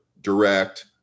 direct